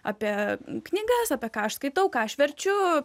apie knygas apie ką aš skaitau ką aš verčiu